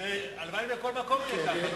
הלוואי בכל מקום יהיה ככה.